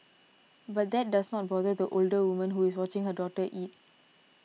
but that does not bother the older woman who is watching her daughter eat